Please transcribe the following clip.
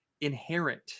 inherent